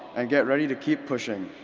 and get ready to keep pushing.